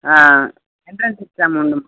ah entrance exam உண்டுமா